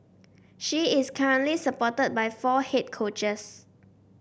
she is currently supported by four head coaches